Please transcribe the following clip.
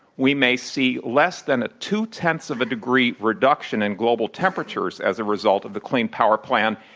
we may see less than a two-tenths of a degree reduction in global temperatures as a result of the clean power plan,